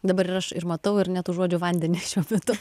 dabar ir aš ir matau ir net užuodžiu vandenį šiuo metu